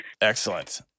Excellent